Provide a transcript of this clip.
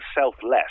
selfless